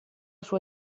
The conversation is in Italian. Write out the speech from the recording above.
sua